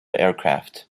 aircraft